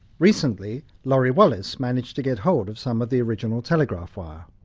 recently laurie wallace managed to get hold of some of the original telegraph wire.